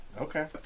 Okay